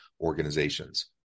Organizations